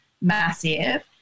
massive